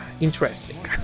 interesting